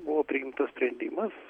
buvo priimtas sprendimas